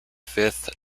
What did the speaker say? fifth